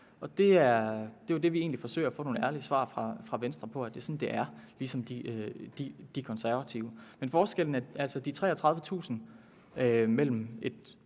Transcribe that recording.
Det er jo det, vi egentlig forsøger at få nogle ærlige svar fra Venstre på, altså at det er sådan, det er – ligesom De Konservative. Forskellen er altså de 33.000 mellem et